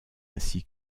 ainsi